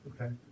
okay